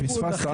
פספסת,